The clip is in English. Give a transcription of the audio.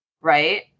right